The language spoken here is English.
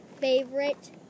favorite